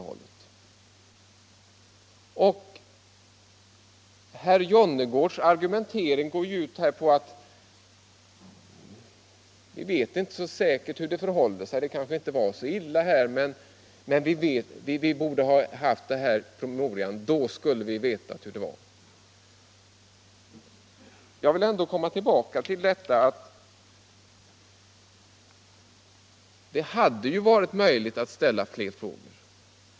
Herr Jonnergårds argumentering går ut på att vi inte så säkert vet hur det förhåller sig — det kanske inte var så illa, men vi borde ha haft denna promemoria, då skulle vi veta hur det var. Jag vill ändå komma tillbaka till att det hade varit möjligt att ställa fler frågor.